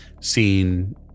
seen